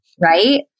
right